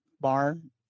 barn